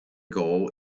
goal